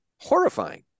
horrifying